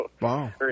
Wow